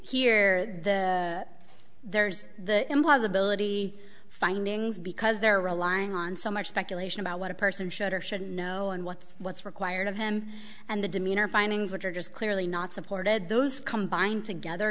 here there's the implausibility findings because they're relying on so much speculation about what a person should or should know and what's what's required of him and the demeanor findings which are just clearly not supported those combined together